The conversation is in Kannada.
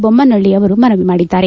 ಬೊಮ್ಮನಹಳ್ಳಿ ಅವರು ಮನವಿ ಮಾಡಿದ್ದಾರೆ